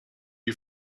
you